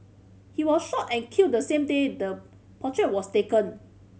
he was shot and killed the same day the portrait was taken